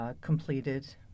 completed